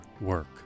work